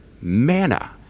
Manna